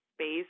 space